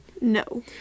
No